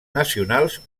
nacionals